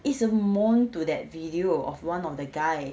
一直 moan to that video of one of the guy